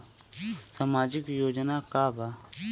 सामाजिक योजना का बा?